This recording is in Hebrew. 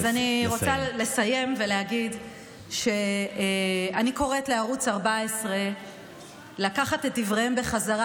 אז אני רוצה לסיים ולהגיד שאני קוראת לערוץ 14 לקחת את דבריהם בחזרה.